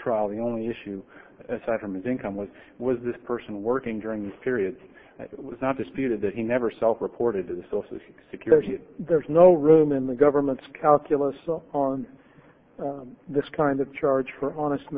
trial the only issue aside from his income was was this person working during this period it was not disputed that he never self reported to the social security there's no room in the government's calculus on this kind of charge for honest